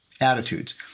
attitudes